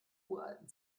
uralten